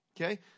Okay